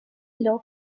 law